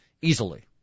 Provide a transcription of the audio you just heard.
easily